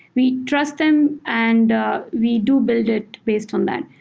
we trust them and ah we do build it based on that.